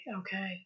Okay